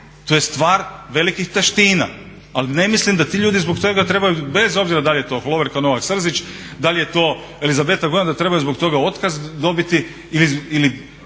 to je stvar velikih taština, ali ne mislim da ti ljudi zbog toga trebaju bez obzira da li je to Hloverka Novak Srzić, da li je to Elizabeta Gojan, da trebaju zbog toga otkaz dobiti.